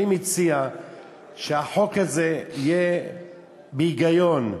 אני מציע שהחוק הזה יהיה בהיגיון: